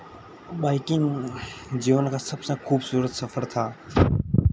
biking जीवन का सबसे खूबसूरत सफ़र था